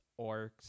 orcs